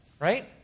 right